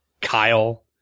Kyle